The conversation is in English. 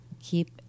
Keep